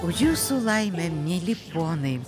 už jūsų laimę mieli ponai